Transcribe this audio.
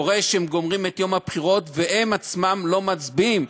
קורה שהם גומרים את יום הבחירות והם עצמם לא מצביעים,